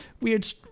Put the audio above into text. weird